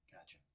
Gotcha